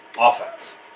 offense